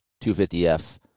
250F